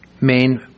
main